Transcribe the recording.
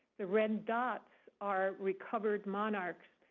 the red dots are recovered monarchs.